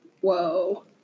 whoa